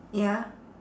ya